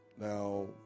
Now